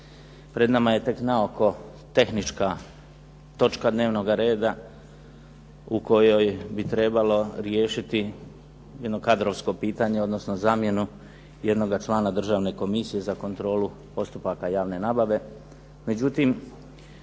Pred nama je tek naoko tehnička točka dnevnog reda u kojoj bi trebao riješiti jedno kadrovsko pitanje, odnosno zamjenu jednoga člana Državne komisije za kontrolu postupaka javne nabave.